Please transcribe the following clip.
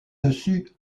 dessus